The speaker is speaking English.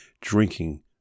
drinking